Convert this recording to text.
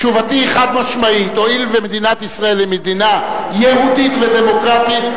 תשובתי היא חד-משמעית: הואיל ומדינת ישראל היא מדינה יהודית ודמוקרטית,